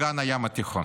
ואגן הים התיכון.